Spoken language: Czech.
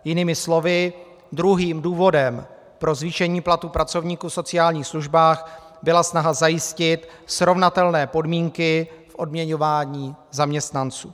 Jinými slovy, druhým důvodem pro zvýšení platů pracovníků v sociálních službách byla snaha zajistit srovnatelné podmínky odměňování zaměstnanců.